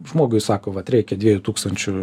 žmogui sako vat reikia dviejų tūkstančių